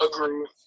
Agree